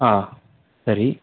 ಹಾಂ ಸರಿ